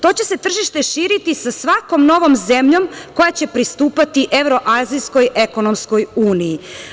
To će se tržište širiti sa svakom novom zemljom, koja će pristupati Evroazijskoj ekonomskoj uniji.